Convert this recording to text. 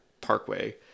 parkway